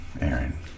Aaron